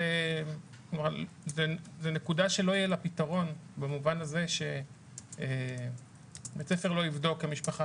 זו נקודה שלא יהיה לה פתרון במובן הזה שבית ספר לא יבדוק כי המשפחה